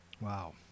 Wow